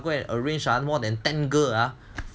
go and arrange more than ten girl ah